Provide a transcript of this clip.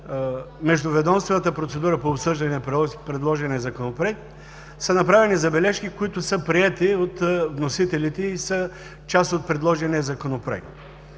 междуведомствената процедура по обсъждане на предложения законопроект, са направени забележки, които са приети от вносителите и са част от предложения законопроект.